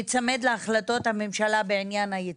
שניצמד להחלטות הממשלה בעניין הייצוג,